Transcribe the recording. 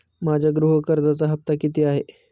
माझ्या गृह कर्जाचा हफ्ता किती आहे?